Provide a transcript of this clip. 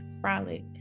frolic